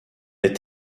est